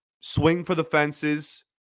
swing-for-the-fences